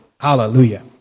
hallelujah